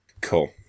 Cool